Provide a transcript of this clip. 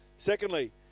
Secondly